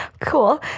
Cool